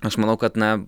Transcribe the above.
aš manau kad na